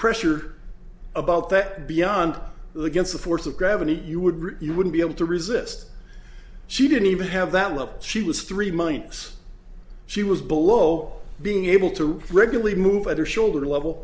pressure about that beyond the against the force of gravity that you would you wouldn't be able to resist she didn't even have that level she was three months she was below being able to regularly move at her shoulder level